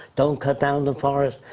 don't cut down the forest.